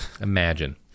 Imagine